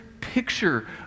picture